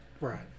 Right